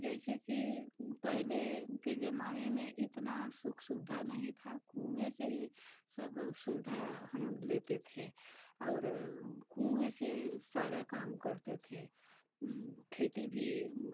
जैसे कि पहले के ज़माने में इतना सुख सुविधा नहीं था कुएँ से ही सब सुविधा हम लेते थे और कुएँ से सारा काम करते थे खेती भी